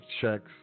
checks